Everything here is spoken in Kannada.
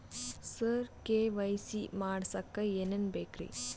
ಸರ ಕೆ.ವೈ.ಸಿ ಮಾಡಸಕ್ಕ ಎನೆನ ಬೇಕ್ರಿ?